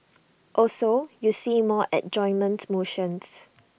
also you see more adjournment motions